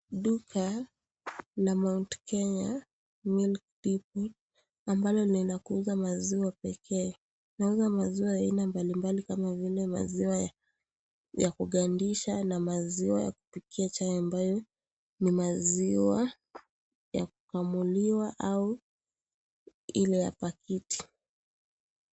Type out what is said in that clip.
Duka la MOUNT BKENYA MILK DEPOT ambalo linauza maziwa pekee, linauza maziwa ya aina mbalimbali kama vile maziwa ya kugandisha na maziwa ya kupikia chai ambayo ni maziwa ya kukamuliwa au ile ya paketi.